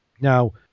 Now